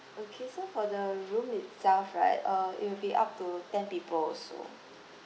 okay so for the room itself right uh it will be up to ten people also